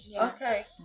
okay